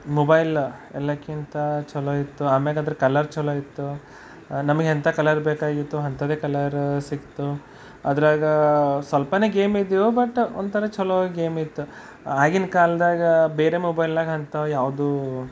mobile ಎಲ್ಲಕ್ಕಿಂತ ಚಲೋ ಇತ್ತು ಆಮೇಕಂದ್ರೆ ಕಲರ್ ಚಲೋ ಇತ್ತು ನಮಗೆ ಎಂಥ ಕಲರ್ ಬೇಕಾಗಿತ್ತು ಅಂಥದ್ದೇ ಕಲರ್ ಸಿಕ್ತು ಅದ್ರಾಗ ಸ್ವಲ್ಪನೇ ಗೇಮ್ ಇದ್ದವು ಬಟ್ ಒಂಥರ ಚಲೋ ಗೇಮ್ ಇತ್ತು ಆಗಿನ ಕಾಲ್ದಾಗ ಬೇರೆ ಮೊಬೈಲ್ನಾಗ ಅಂತವ್ಯಾವುದು